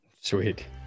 Sweet